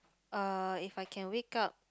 uh if I can wake up